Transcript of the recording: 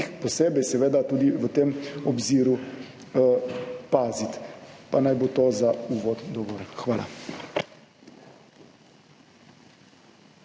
posebej seveda tudi v tem obziru paziti, pa naj bo to za uvod dogovoriti. Hvala.